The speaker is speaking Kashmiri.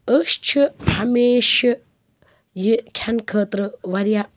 أسۍ چھِ ہمیشہٕ یہِ کھٮ۪نہٕ خٲطرٕ واریاہ